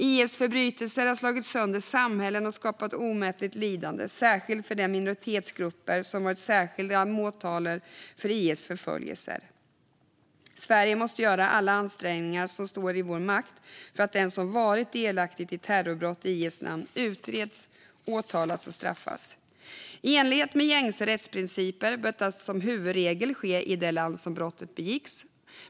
IS förbrytelser har slagit sönder samhällen och skapat omätligt lidande, särskilt för de minoritetsgrupper som varit särskilda måltavlor för IS förföljelser. Vi i Sverige måste göra alla ansträngningar som står i vår makt för att den som varit delaktig i terrorbrott i IS namn utreds, åtalas och straffas. I enlighet med gängse rättsprinciper bör detta som huvudregel ske i det land där brottet begicks.